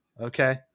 okay